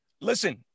Listen